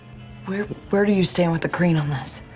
where where do you stand with the kryn on this?